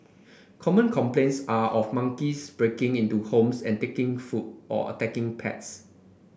common complaints are of monkeys breaking into homes and taking food or attacking pets